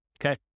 okay